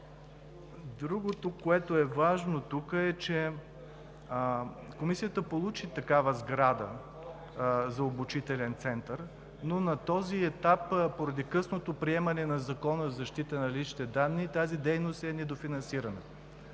Другото, което е важно тук, е, че Комисията получи такава сграда за обучителен център, но на този етап, поради късното приемане на Закона за защита на личните данни, тази дейност е недофинансирана.